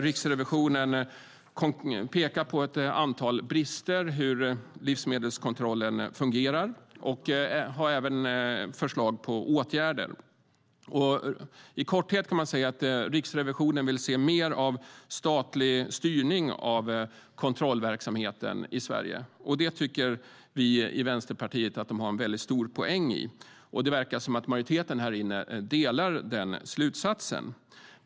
Riksrevisionen pekar där på ett antal brister när det gäller hur livsmedelskontrollen fungerar. De har även förslag på åtgärder. I korthet kan man säga att Riksrevisionen vill se mer av statlig styrning av kontrollverksamheten i Sverige. Det tycker vi i Vänsterpartiet att de har en stor poäng i. Det verkar som om majoriteten här inne delar denna slutsats.